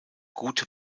gute